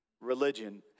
religion